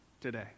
today